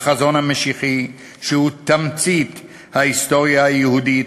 החזון המשיחי שהוא תמצית ההיסטוריה היהודית,